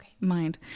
mind